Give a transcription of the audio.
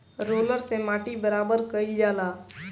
roller से माटी बराबर कइल जाला